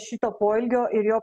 šito poelgio ir jo